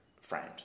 framed